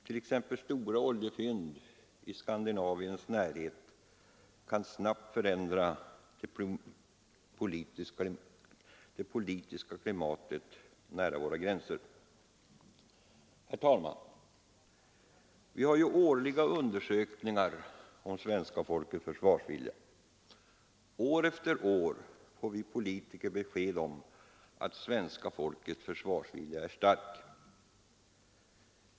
Exempelvis kan stora oljefynd i Skandinaviens närhet snabbt förändra det politiska klimatet nära våra gränser. Herr talman! Vi gör årliga undersökningar om svenska folkets försvarsvilja. År efter år får vi politiker besked om att det svenska folkets försvarsvilja är stark.